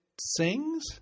sings